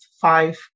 five